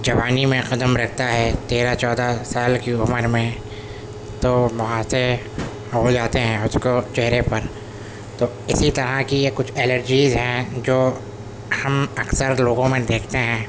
جوانی میں قدم رکھتا ہے تیرہ چودہ سال کی عمر میں تو مہاسے ہو جاتے ہیں اس کو چہرے پر تو اسی طرح کی یہ کچھ الرجیز ہیں جو ہم اکثر لوگوں میں دیکھتے ہیں